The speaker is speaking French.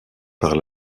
par